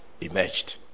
emerged